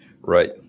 Right